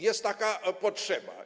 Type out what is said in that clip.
Jest taka potrzeba.